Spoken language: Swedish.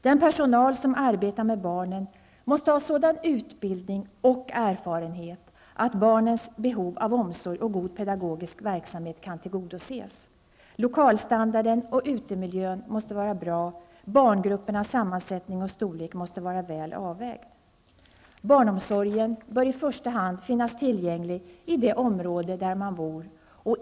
Den personal som arbetar med barnen måste ha sådan utbildning och erfarenhet att barnens behov av omsorg och god pedagogisk verksamhet kan tillgodoses. Lokalstandarden och utemiljön måste vara bra. Barngruppernas sammansättning och storlek måste vara väl avvägd. Barnomsorgen bör i första hand finnas tillgänglig i det område där man bor.